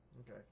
Okay